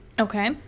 Okay